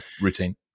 routine